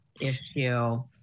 issue